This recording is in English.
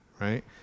right